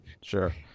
Sure